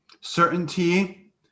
Certainty